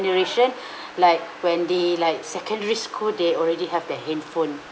like when they like secondary school they already have their handphone